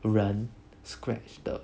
人 scratch 的